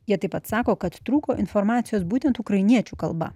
jie taip pat sako kad trūko informacijos būtent ukrainiečių kalba